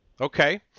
Okay